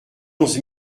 onze